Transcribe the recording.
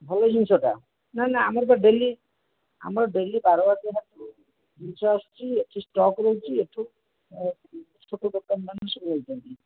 ଭଲ ଜିନିଷଟା ନା ନା ଆମର ତ ଡେଲି ଆମର ଡେଲି ବାରମାସୀ ହେରା ସବୁ ଜିନିଷ ଆସୁଛି ଏଠି ଷ୍ଟକ୍ ରହୁଛି ଏଠୁ ସବୁ ଦୋକାନ ମାନେ ସବୁ ନେଉଛନ୍ତି